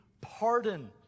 pardon